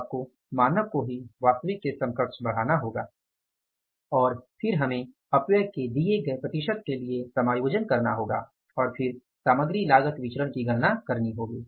तो आपको मानक को वास्तविक के समकक्ष बढ़ाना होगा और फिर हमें अपव्यय के दिए गए प्रतिशत के लिए समायोजन करना होगा और फिर सामग्री लागत विचरण की गणना करनी होगी